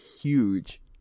huge